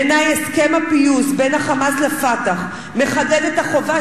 בעיני הסכם הפיוס בין ה"חמאס" ל"פתח" מחדד את החובה